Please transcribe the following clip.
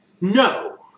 No